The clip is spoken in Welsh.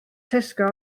tesco